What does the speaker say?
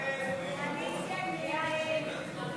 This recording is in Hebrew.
הסתייגות 7 לא נתקבלה.